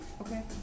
Okay